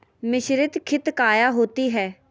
मिसरीत खित काया होती है?